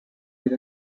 with